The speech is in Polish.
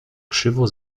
krzywo